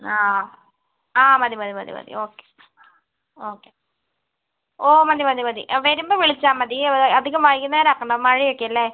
ആ ആ ആ മതി മതി മതി ഓക്കെ ഓക്കെ ഓ മതി മതി മതി വരുമ്പോൾ വിളിച്ചാൽ മതി അധികം വൈകുന്നേരം ആക്കണ്ട മഴയൊക്കെ അല്ലേ